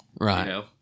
Right